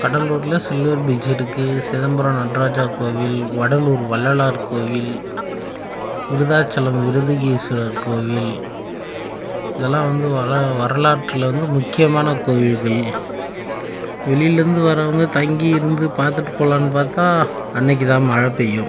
கடலூரில் silver beach இருக்கு சிதம்பரம் நட்ராஜர் கோவில் வடலூர் வள்ளலார் கோவில் விருத்தாச்சலம் விருதுகீஸ்வரர் கோவில் இதெல்லாம் வந்து வரலா வரலாற்றில் வந்து முக்கியமான கோவில்கள் வெளிலேருந்து வரவங்க தங்கி இருந்து பார்த்துட்டு போகலாம்னு பார்த்தா அன்னைக்கிதான் மழை பெய்யும்